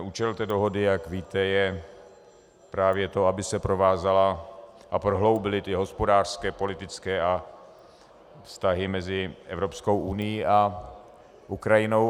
Účel té dohody je, jak víte, právě to, aby se provázaly a prohloubily hospodářské a politické vztahy mezi Evropskou unií a Ukrajinou.